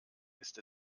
ist